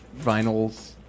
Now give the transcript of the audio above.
vinyls